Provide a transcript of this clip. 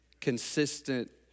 consistent